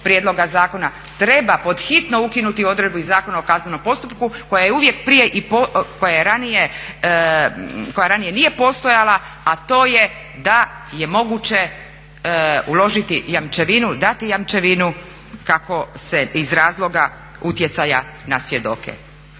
prijedloga zakona treba pod hitno ukinuti odredbu iz Zakona o kaznenom postupku koja ranije nije postojala a to je da je moguće uložiti jamčevinu, dati jamčevinu kako se iz razloga utjecaja na svjedoke.